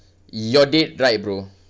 you're dead right bro